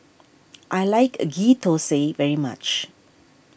I like a Ghee Thosai very much